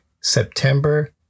September